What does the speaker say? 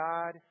God